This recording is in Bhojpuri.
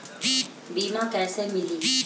बीमा कैसे मिली?